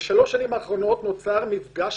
בשלוש השנים האחרונות נוצר מפגש